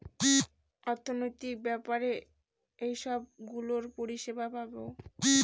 অর্থনৈতিক ব্যাপারে এইসব গুলোর পরিষেবা পাবো